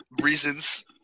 reasons